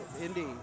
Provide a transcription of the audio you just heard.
indeed